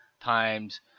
times